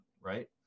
right